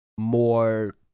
more